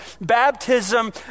Baptism